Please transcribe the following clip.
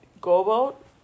go-boat